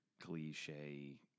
cliche